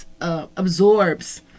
absorbs